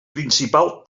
principal